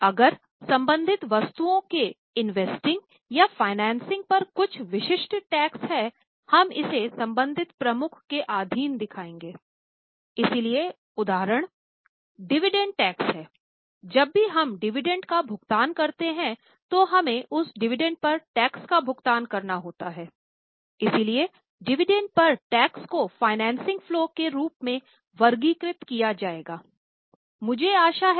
अगर संबंधित वस्तुओं के इन्वेस्टिंग से संबंधित कैश फलो के बारे में है